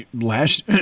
last